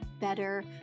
better